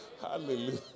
Hallelujah